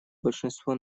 большинство